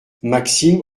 maxime